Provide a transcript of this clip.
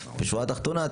בשורה התחתונה,